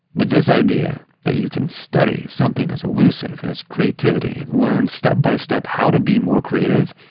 but this idea that you can study something as elusive as creativity and learn step-by-step how to be more creative,